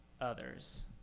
others